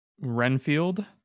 Renfield